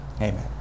Amen